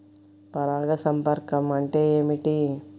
పరాగ సంపర్కం అంటే ఏమిటి?